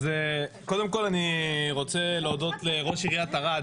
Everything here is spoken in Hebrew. קודם כל אני רוצה להודות לראש עיריית ערד,